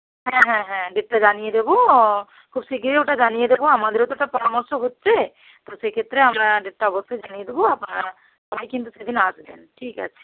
হ্যাঁ হ্যাঁ হ্যাঁ ডেটটা জানিয়ে দেবো খুব শিগগিরই ওটা জানিয়ে দেবো আমাদেরও তো সব পরামর্শ হচ্ছে তো সেক্ষেত্রে আমরা ডেটটা অবশ্যই জানিয়ে দোবো আপনারা সবাই কিন্তু সেদিন আসবেন ঠিক আছে